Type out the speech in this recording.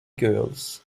girls